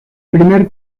primer